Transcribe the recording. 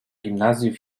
gimnazjów